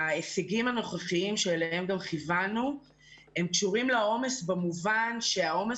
ההישגים הנוכחיים אליהם גם כיוונו קשורים לעומס במובן שהעומס